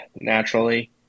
naturally